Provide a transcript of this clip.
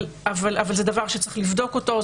אבל זה דבר שצריך לבדוק אותו,